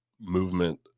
movement